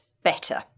Better